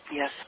Yes